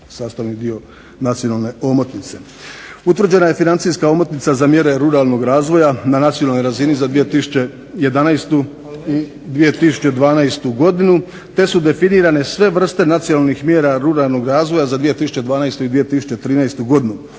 Utvrđena je financijska omotnica za mjere ruralnog razvoja na nacionalnoj razini za 2011. i 2012. godinu, te su definirane sve vrste nacionalnih mjera ruralnog razvoja za 2012. i 2013. godinu